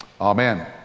Amen